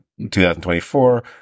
2024